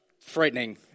frightening